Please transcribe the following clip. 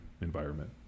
environment